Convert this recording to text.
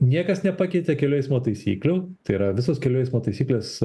niekas nepakeitė kelių eismo taisyklių tai yra visos kelių eismo taisyklės